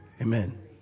Amen